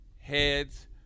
heads